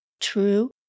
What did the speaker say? True